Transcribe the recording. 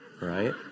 right